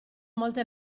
molte